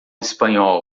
espanhol